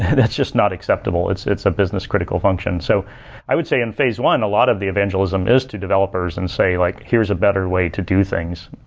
that's just not acceptable. it's it's a business critical function so i would say in phase one, a lot of the evangelism is to developers and say like, here is a better way to do things.